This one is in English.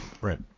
Right